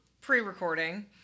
pre-recording